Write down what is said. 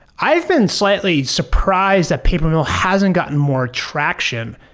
i've been slightly surprised that papermill hasn't gotten more traction,